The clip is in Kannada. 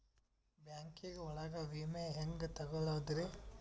ಬ್ಯಾಂಕಿಂಗ್ ಒಳಗ ವಿಮೆ ಹೆಂಗ್ ತೊಗೊಳೋದ್ರಿ?